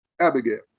Abigail